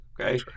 Okay